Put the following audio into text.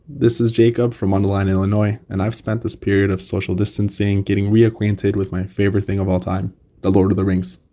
this is jacob from mundelein, ill. and and i've spent this period of social distancing getting reacquainted with my favorite thing of all time the lord of the rings.